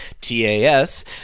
TAS